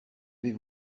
vais